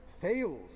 fails